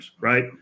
right